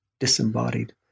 disembodied